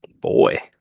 Boy